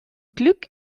glück